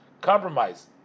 compromise